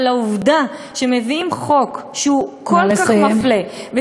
אבל העובדה שמביאים חוק שהוא כל כך מפלה,